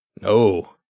No